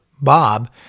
Bob